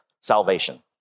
salvation